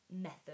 method